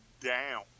down